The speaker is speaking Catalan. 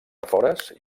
afores